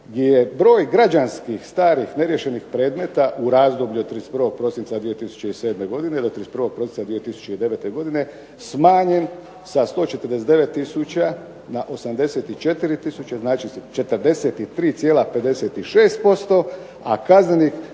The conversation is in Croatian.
je broj građanskih starih neriješenih predmeta u razdoblju od 31. prosinca 2007. godine do 31. prosinca 2009. godine smanjen sa 149 tisuća na 84 tisuće. Znači, 43,56%, a kaznenih